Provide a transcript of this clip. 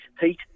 heat